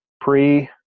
pre